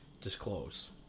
disclose